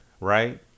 right